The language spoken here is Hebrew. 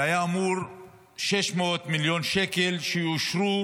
היו אמורים להיות 600 מיליון שקל שיאושרו